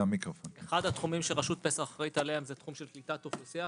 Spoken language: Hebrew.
אחד התחומים שרשות פס"ח אחראית עליהם זה תחום של קליטת אוכלוסייה,